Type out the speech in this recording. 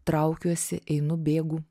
traukiuosi einu bėgu